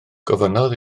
gofynnodd